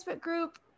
group